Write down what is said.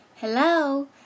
Hello